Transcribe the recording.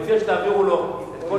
אני מציע שתעבירו לו את כל,